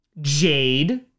Jade